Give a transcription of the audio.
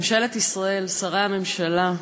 ממשלת ישראל, שרי הממשלה,